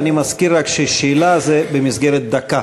אני מזכיר רק ששאלה היא במסגרת דקה.